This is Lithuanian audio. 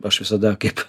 aš visada kaip